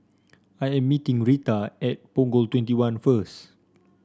I am meeting Reta at Punggol Twenty one first